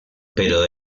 pero